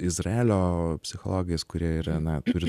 izraelio psichologais kurie yra na turi